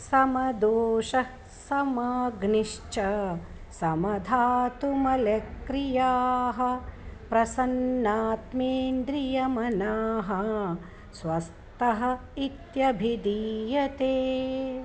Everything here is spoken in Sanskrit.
समदोषः समाग्निश्च समधातुमलक्रियाः प्रसन्नात्मेन्द्रियमनाः स्वस्तः इत्यभिदीयते